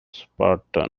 spartan